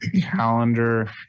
calendar